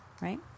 right